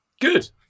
Good